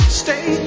stay